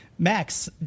Max